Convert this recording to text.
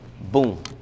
Boom